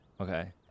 okay